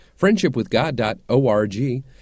friendshipwithgod.org